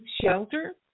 shelter